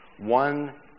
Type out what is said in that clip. one